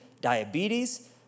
diabetes